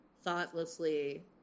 thoughtlessly